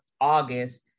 August